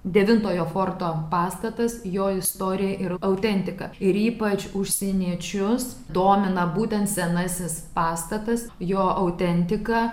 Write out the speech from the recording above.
devintojo forto pastatas jo istorija ir autentika ir ypač užsieniečius domina būtent senasis pastatas jo autentika